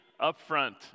upfront